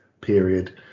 period